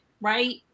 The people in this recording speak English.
right